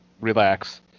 relax